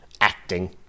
acting